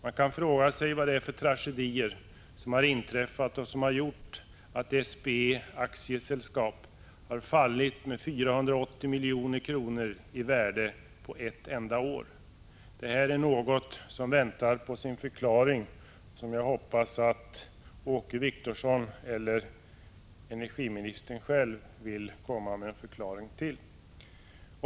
Man kan fråga sig vad det är för tragedier som har inträffat och som har gjort att SPE har fallit med 480 milj.kr. i värde på ett år. Jag hoppas att Åke Wictorsson eller energiministern själv vill komma med en förklaring.